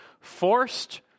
Forced